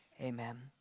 amen